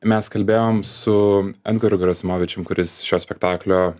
mes kalbėjom su edgaru garasimovičium kuris šio spektaklio a